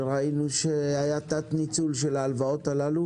וראינו שהיה תת ניצול של ההלוואות הללו